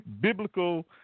biblical